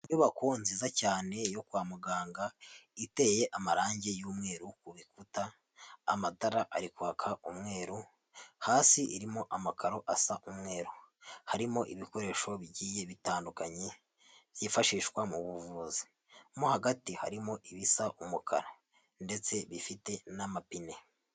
Inyubako nziza cyane yo kwa muganga iteye amarangi y'umweru ku bikuta, amatara ari kwaka umweru, hasi irimo amakaro asa umweru, harimo ibikoresho bigiye bitandukanye byifashishwa mu buvuzi mo hagati harimo ibisa umukara ndetse bifite n'amapine.